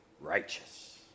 righteous